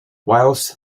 whilst